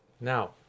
Now